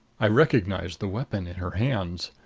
i recognized the weapon in her hands.